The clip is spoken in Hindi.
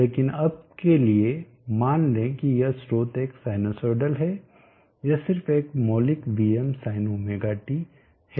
लेकिन अब के लिए मान लें कि यह स्रोत एक साइनसोइडल है यह सिर्फ एक मौलिक Vmsinωt है